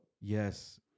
yes